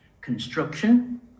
construction